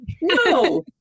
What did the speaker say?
No